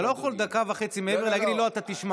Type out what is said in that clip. אתה לא יכול דקה וחצי מעבר ולהגיד לי: לא,